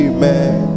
Amen